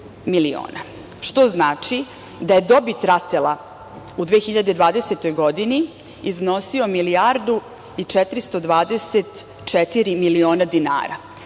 što znači da je dobit RATEL-a u 2020. godini iznosio milijardu i 424 miliona dinara.